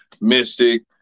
Mystic